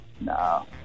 No